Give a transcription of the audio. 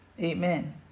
amen